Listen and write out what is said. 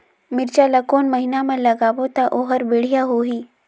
मिरचा ला कोन महीना मा लगाबो ता ओहार बेडिया होही?